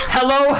Hello